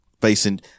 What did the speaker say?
facing